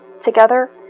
together